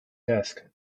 desk